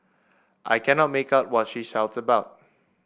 I cannot make out what she shout about